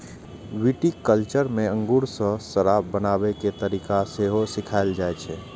viticulture मे अंगूर सं शराब बनाबै के तरीका सेहो सिखाएल जाइ छै